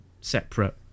separate